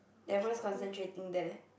everyone's concentrating there